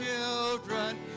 children